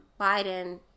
Biden